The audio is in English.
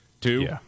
Two